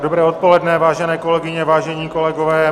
Dobré odpoledne, vážené kolegyně, vážení kolegové.